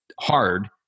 hard